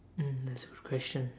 mm that's a good question